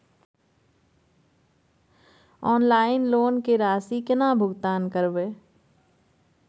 Online loan के राशि केना भुगतान करबे?